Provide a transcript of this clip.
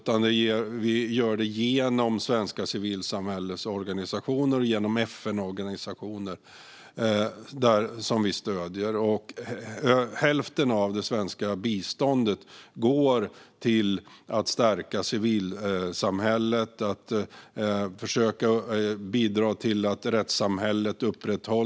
Vi gör det genom svenska civilsamhällets organisationer och FN-organisationer som vi stöder. Hälften av det svenska biståndet går till att stärka civilsamhället och att försöka bidra till att rättssamhället upprätthålls.